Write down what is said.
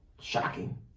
Shocking